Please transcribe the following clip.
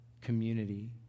community